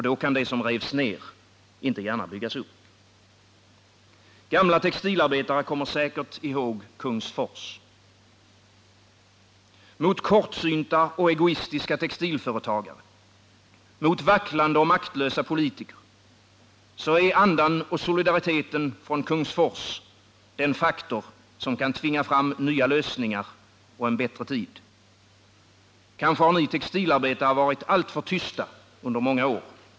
Då kan det som revs ner inte gärna byggas upp. Gamla textilarbetare kommer säkert ihåg Kungsfors. Mot kortsynta och egoistiska textilföretagare, mot vacklande och maktlösa politiker är andan och solidariteten från Kungsfors den faktor som kan tvinga fram nya lösningar och en bättre tid. Kanske har ni textilarbetare varit alltför tysta under många år.